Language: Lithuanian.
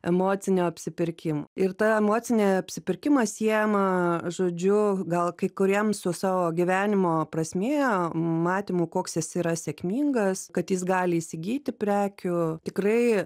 emocinio apsipirkimo ir ta emocinė apsipirkimas siejama žodžiu gal kai kuriems su savo gyvenimo prasmėm matymu koks jis yra sėkmingas kad jis gali įsigyti prekių tikrai